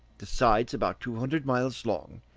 the sides about two hundred miles long,